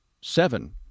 seven